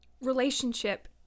relationship